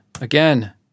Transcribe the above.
again